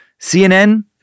CNN